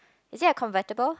is it a convertible